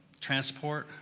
transport,